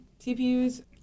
CPUs